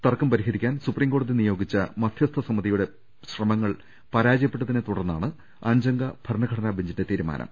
തർക്കം പരിഹരിക്കാൻ സുപ്രീംകോടതി നിയോഗിച്ച മധ്യസ്ഥ സമിതിയുടെ ശ്രമങ്ങൾ പരാജയപ്പെ ട്ടതിനെ തുടർന്നാണ് അഞ്ചംഗ ഭരണഘടനാ ബെഞ്ചിന്റെ തീരുമാനം